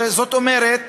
זאת אומרת